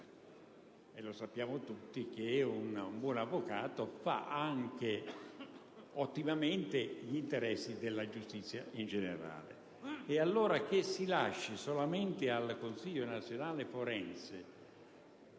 E sappiamo tutti che un buon avvocato fa ottimamente gli interessi della giustizia in generale. Quindi, il fatto che si lasci unicamente al Consiglio nazionale forense